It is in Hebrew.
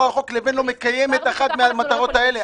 על החוק לבין לא מקיימת את אחת מהמטרות האלה.